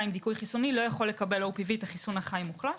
עם דיכוי חיסוני לא יכול לקבל את החיסון החי מוחלש.